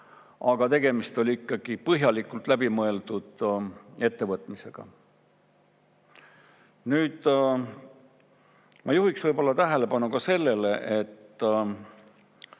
aga tegemist oli ikkagi põhjalikult läbi mõeldud ettevõtmisega. Nüüd, ma juhiksin tähelepanu ka sellele, et